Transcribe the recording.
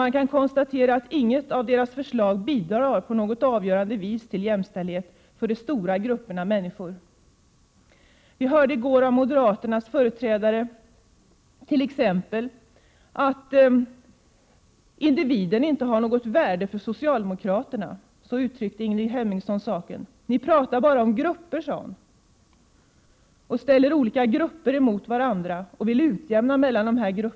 Man kan konstatera att inget av de borgerligas förslag på något avgörande vis medverkar till jämställdhet för de stora grupperna. Vi hörde i går av moderaternas företrädare t.ex. att individen inte har något värde för oss socialdemokrater. Så uttryckte sig nämligen Ingrid Hemmingsson. Ni pratar bara om grupper och ni ställer olika grupper mot varandra och vill ha en utjämning mellan dem, sade hon.